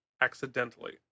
accidentally